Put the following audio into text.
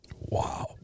wow